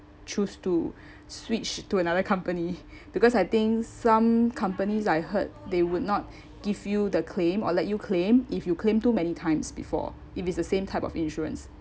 choose to switch to another company because I think some companies I heard they would not give you the claim or let you claim if you claim too many times before if it's the same type of insurance